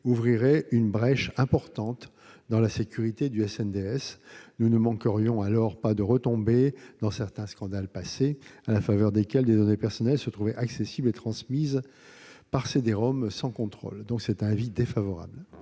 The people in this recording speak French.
ouvrirait une brèche importante dans la sécurité du SNDS. Nous ne manquerions alors pas de retomber dans certains scandales passés, à la faveur desquels des données personnelles se trouvaient accessibles et transmissibles sans contrôle. La commission a donc émis un avis défavorable